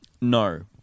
No